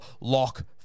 Lock